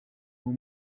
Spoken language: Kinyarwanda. uwo